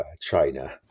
China